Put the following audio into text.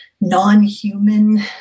non-human